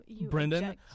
Brendan